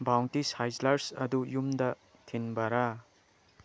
bounty ꯁꯥꯏꯖꯂꯔꯁ ꯑꯗꯨ ꯌꯨꯝꯗ ꯊꯤꯟꯕ꯭ꯔꯥ